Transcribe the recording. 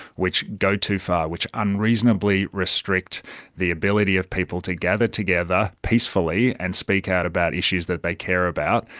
which go too far, which unreasonably restrict the ability of people to gather together peacefully and speak out about issues that they care about.